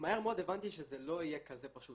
ומהר מאוד הבנתי שזה לא יהיה כזה פשוט.